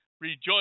Rejoice